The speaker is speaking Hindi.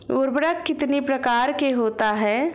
उर्वरक कितनी प्रकार के होता हैं?